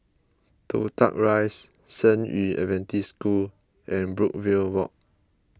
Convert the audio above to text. Toh Tuck Rise San Yu Adventist School and Brookvale Walk